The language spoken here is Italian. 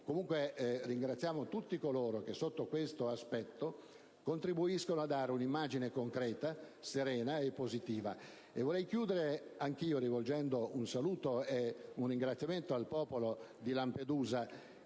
Comunque, ringraziamo tutti coloro che, sotto questo aspetto, contribuiscono a dare un'immagine concreta, serena e positiva. Vorrei concludere anche io rivolgendo un saluto e un ringraziamento al popolo di Lampedusa.